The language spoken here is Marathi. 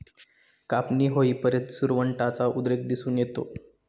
कापणी होईपर्यंत सुरवंटाचा उद्रेक दिसून येतो